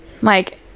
Mike